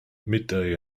midday